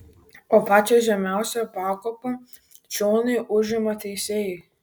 o pačią žemiausią pakopą čionai užima teisėjai